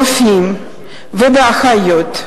ברופאים ובאחיות.